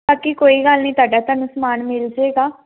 ਬਾਕੀ ਕੋਈ ਗੱਲ ਨਹੀਂ ਤੁਹਾਡਾ ਤੁਹਾਨੂੰ ਸਮਾਨ ਮਿਲ ਜਾਏਗਾ